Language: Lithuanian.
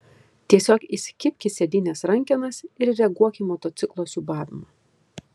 tiesiog įsikibk į sėdynės rankenas ir reaguok į motociklo siūbavimą